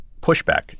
pushback